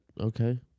Okay